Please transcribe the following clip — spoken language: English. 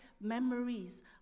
memories